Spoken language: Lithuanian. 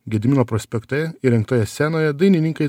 gedimino prospekte įrengtoje scenoje dainininkai